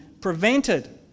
prevented